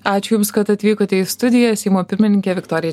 ačiū jums kad atvykote į studiją seimo pirmininkė viktorija